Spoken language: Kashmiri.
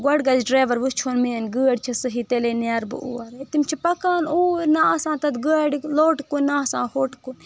گۄڈٕ گژھِ ڈرایور وٕچھُن میٲنۍ گٲڑۍ چھےٚ صحیح تیٚلے نیرٕ بہٕ اور ہے تِم چھِ پکان اوٗرۍ نہ آسان تتھ گاڑِ لوٚٹ کُنہِ نہ آسان ہوٚٹ کُنہِ